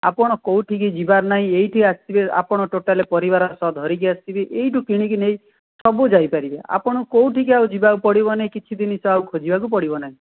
ଆପଣ କେଉଁଠିକି ଯିବାର ନାହିଁ ଏଇଠି ଆସିବେ ଆପଣ ଟୋଟାଲ ପରିବାର ଧରିକି ଆସିବେ ଏଇଠୁ କିଣିକି ନେଇ ସବୁ ଯାଇପାରିବେ ଆପଣ କେଉଁଠିକୁ ଆଉ ଯିବାକୁ ପଡ଼ିବନି କିଛି ଜିନିଷ ଆଉ ଖୋଜିବାକୁ ପଡ଼ିବ ନାହିଁ